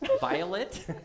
violet